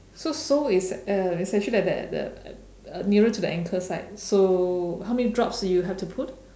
so sole is uh is actually at the the nearer to the ankle side so how many drops you have to put